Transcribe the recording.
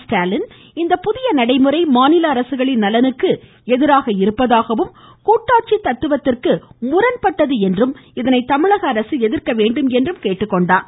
ஸ்டாலின் இப்புதிய நடைமுறை மாநில அரசுகளின் நலனுக்கு எதிராக இருப்பதாகவும் கூட்டாட்சி தத்துவத்திற்கு முரண்பட்டது என்றும் இதனை தமிழக அரசு எதிர்க்க வேண்டும் என்றும் குறிப்பிட்டார்